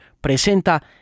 presenta